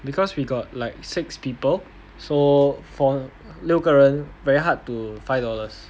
because we got like six people so for 六个人 very hard to five dollars